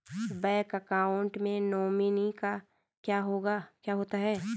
Bank account में nominee क्या होता है?